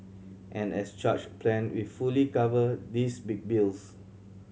an as charged plan will fully cover these big bills